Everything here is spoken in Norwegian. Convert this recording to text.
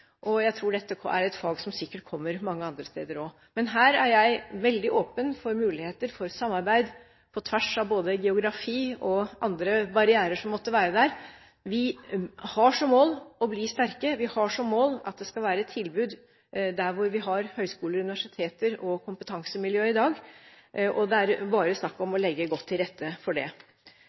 og jeg tror dette er et fag som sikkert kommer mange andre steder også. Men her er jeg veldig åpen for muligheter for samarbeid på tvers av både geografi og andre barrierer som måtte være der. Vi har som mål å bli sterke, vi har som mål at det skal være et tilbud der hvor vi har høyskoler, universiteter og kompetansemiljøer i dag, og det er bare snakk om å legge godt til rette for det.